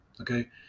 Okay